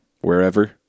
wherever